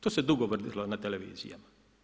To se dugo vrtilo na televizijama.